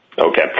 Okay